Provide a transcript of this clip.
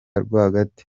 rwagati